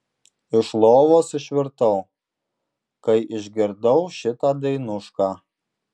iš lovos išvirtau kai išgirdau šitą dainušką